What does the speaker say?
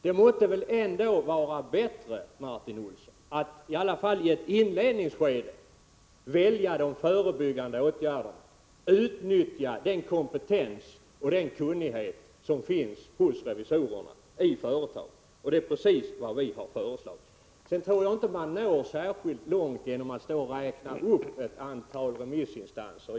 Det måtte väl ändå vara bättre, Martin Olsson, i varje fall i ett inledningsskede, att välja de förebyggande åtgärderna och utnyttja den kompetens och den kunnighet som finns hos revisorerna i företagen. Det är precis vad vi har föreslagit. Jag tror inte att man når särskilt långt genom att räkna upp ett antal remissinstanser.